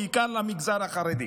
בעיקר למגזר החרדי.